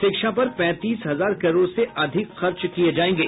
शिक्षा पर पैंतीस हजार करोड़ से अधिक खर्च किये जायेंगे